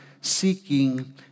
seeking